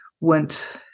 went